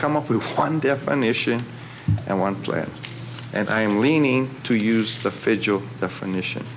come up with one definition and one plant and i'm leaning to use the federal definition